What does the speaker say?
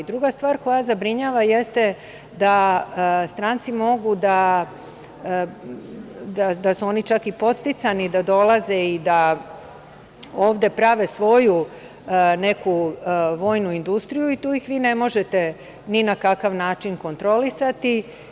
Druga stvar, koja zabrinjava jeste da su stranci čak i podsticani da dolaze i da ovde prave svoju neku vojnu industriju i tu ih vi ne možete ni na kakav način kontrolisati.